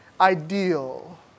ideal